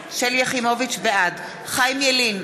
בעד חיים ילין,